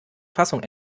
fassung